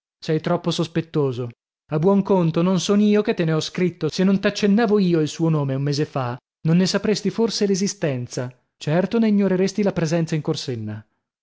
sei troppo sospettoso a buon conto non son io che te ne ho scritto se non t'accennavo io il suo nome un mese fa non ne sapresti forse l'esistenza certo ne ignoreresti la presenza in corsenna